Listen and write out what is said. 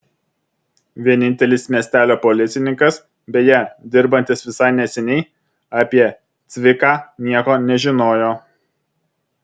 vienintelis miestelio policininkas beje dirbantis visai neseniai apie cviką nieko nežinojo